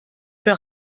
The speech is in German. für